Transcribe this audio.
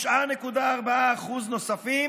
9.4% נוספים